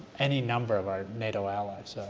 any number of our nato allies,